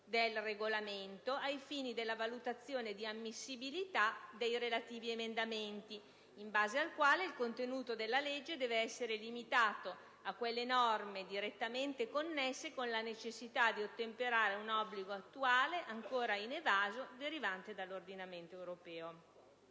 del Regolamento, ai fini della valutazione di ammissibilità dei relativi emendamenti, secondo il quale il contenuto della legge deve essere limitato a quelle norme direttamente connesse con la necessità di ottemperare a un obbligo attuale, ancora inevaso, derivante dall'ordinamento europeo.